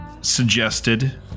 suggested